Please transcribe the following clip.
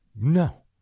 No